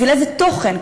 בשביל איזה תוכן,